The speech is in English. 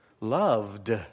Loved